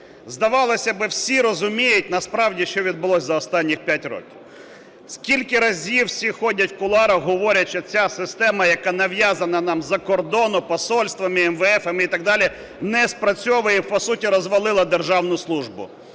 Здавалося б, всі розуміють, насправді, що відбулося за останніх 5 років. Скільки разів усі ходять у кулуарах, говорять, що ця система, яка нав'язана нам з-за кордону посольствами, емвеефами і так далі, не спрацьовує, по суті розвалила державну службу.